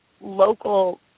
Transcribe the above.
local